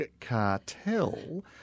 cartel